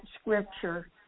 scripture